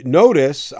notice